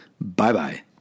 Bye-bye